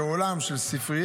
העולם הזה כעולם של ספרייה,